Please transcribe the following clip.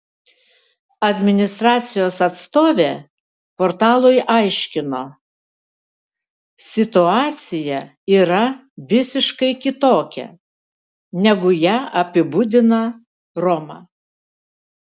administracijos atstovė portalui aiškino situacija yra visiškai kitokia negu ją apibūdina roma